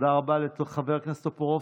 תודה רבה לחבר הכנסת טופורובסקי.